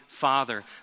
Father